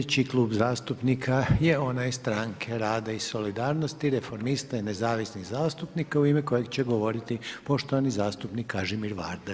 Sljedeći Klub zastupnika je onaj Stranke rada i solidarnosti, reformista i nezavisnih zastupnika u ime kojeg će govoriti poštovani zastupnik Kažimir Varda.